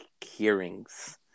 hearings